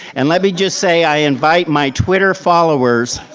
and let me just say i invite my twitter followers,